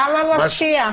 כמה מפתיע.